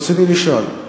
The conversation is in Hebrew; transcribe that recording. רצוני לשאול: